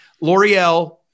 L'Oreal